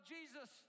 Jesus